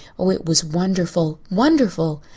oh, it was wonderful wonderful.